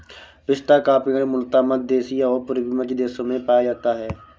पिस्ता का पेड़ मूलतः मध्य एशिया और पूर्वी मध्य देशों में पाया जाता है